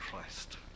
Christ